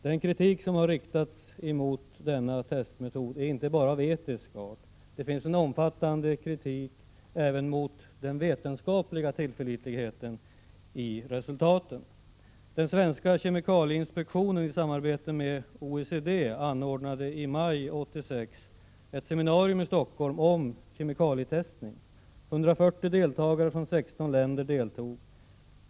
Den kritik som har riktats mot denna testmetod är inte bara av etisk art — det finns en omfattande kritik även mot den vetenskapliga tillförlitligheten i resultaten. maj 1986 ett seminarium i Stockholm om kemikalietestning. 140 delegater från 16 länder deltog.